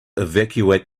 evacuate